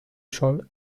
shore